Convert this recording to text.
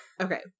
Okay